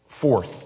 Fourth